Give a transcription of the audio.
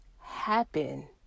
happen